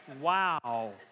Wow